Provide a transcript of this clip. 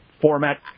format